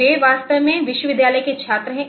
वे वास्तव में विश्वविद्यालय के छात्र थे